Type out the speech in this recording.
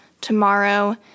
tomorrow